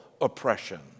oppression